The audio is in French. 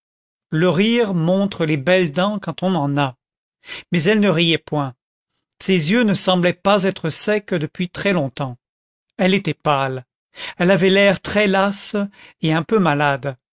le rire montre les belles dents quand on en a mais elle ne riait point ses yeux ne semblaient pas être secs depuis très longtemps elle était pâle elle avait l'air très lasse et un peu malade